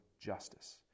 justice